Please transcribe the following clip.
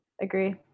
agree